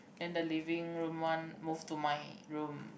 then the living room one move to my room